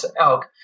elk